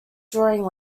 drawing